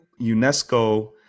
UNESCO